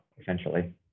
essentially